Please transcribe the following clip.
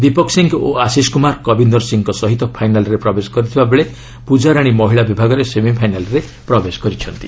ଦୀପକ ସିଂହ ଓ ଆଶିଶ କୁମାର କବିନ୍ଦର ସିଂଙ୍କ ସହିତ ଫାଇନାଲ୍ରେ ପ୍ରବେଶ କରିଥିବା ବେଳେ ପୂଜାରାଣୀ ମହିଳା ବିଭାଗରେ ସେମିଫାଇନାଲ୍ରେ ପ୍ରବେଶ କରିଛନ୍ତି